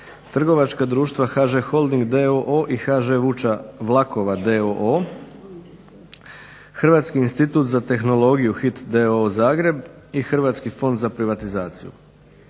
trgovačka društva HŽ Holding d.o.o. i HŽ Vuča vlakova d.o.o., Hrvatski institut za tehnologiju HIT d.o.o. Zagreb i Hrvatski fond za privatizaciju.